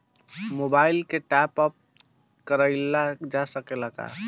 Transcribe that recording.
Mobile के टाप आप कराइल जा सकेला का?